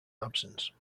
absence